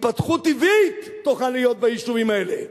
התפתחות טבעית תוכל להיות ביישובים האלה.